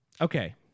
Okay